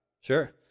Sure